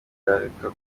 yareka